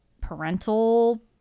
parental